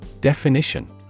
Definition